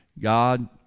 God